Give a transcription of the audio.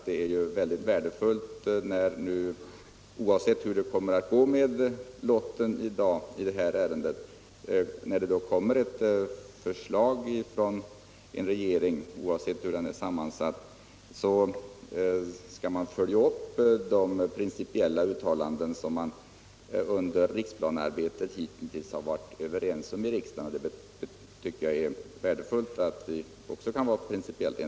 Det är ju mycket värdefullt — oavsett hur det kommer att gå vid lottningen i dag i det här ärendet — att ett förslag från en regering, hur den än är sammansatt, följer de principiella uttalanden som man hittills under riksplanearbetet har varit överens om i riksdagen.